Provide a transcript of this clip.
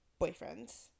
boyfriends